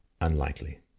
unlikely